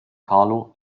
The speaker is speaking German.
carlo